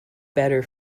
better